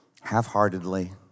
half-heartedly